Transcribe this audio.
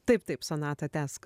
taip taip sonata tęsk